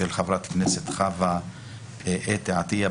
של חברת הכנסת חוה אתי עטייה,